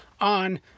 on